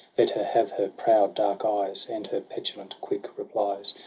let her have her proud dark eyes, and her petulant quick replies.